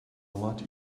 lot